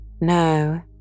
No